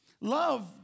Love